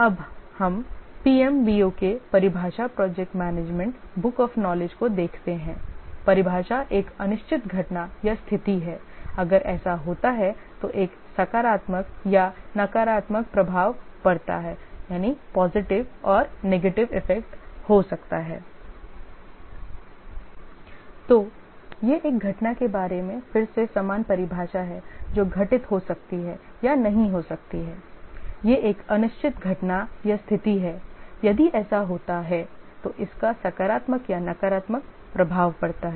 अब हम PM BOK परिभाषा project management book of knowledge को देखते हैं परिभाषा एक अनिश्चित घटना या स्थिति है अगर ऐसा होता है तो एक सकारात्मक या नकारात्मक प्रभाव पड़ता है तो यह एक घटना के बारे में फिर से समान परिभाषा है जो घटित हो सकती है या नहीं हो सकती है यह एक अनिश्चित घटना या स्थिति है यदि ऐसा होता है तो इसका सकारात्मक या नकारात्मक प्रभाव पड़ता है